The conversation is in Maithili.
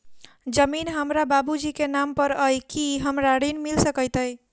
जमीन हमरा बाबूजी केँ नाम पर अई की हमरा ऋण मिल सकैत अई?